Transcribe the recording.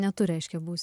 ne tu reiškia būsi